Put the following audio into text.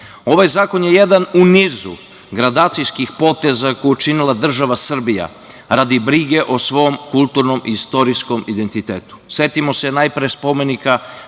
zakon je jedan u nizu gradacijskih poteza koje je učinila država Srbija, a radi brige o svom kulturnom i istorijskom identitetu.